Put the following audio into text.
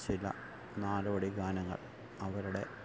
ചില നാടോടി ഗാനങ്ങള് അവരുടെ